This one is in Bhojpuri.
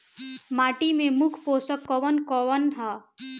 माटी में मुख्य पोषक कवन कवन ह?